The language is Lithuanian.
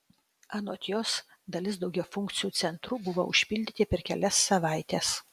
anot jos dalis daugiafunkcių centrų buvo užpildyti per kelias savaites